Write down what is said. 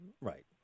right